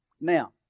Now